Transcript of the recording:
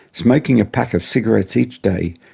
smoking a pack of cigarettes each day,